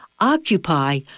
Occupy